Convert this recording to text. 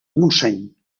montseny